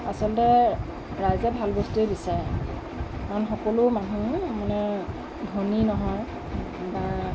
আচলতে ৰাইজে ভাল বস্তুৱেই বিচাৰে কাৰণ সকলো মানুহে মানে ধনী নহয় বা